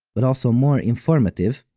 but also more informative,